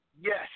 Yes